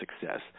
success